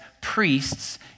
priests